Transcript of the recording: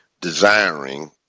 desiring